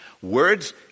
Words